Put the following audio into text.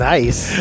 Nice